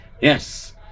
Yes